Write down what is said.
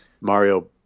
Mario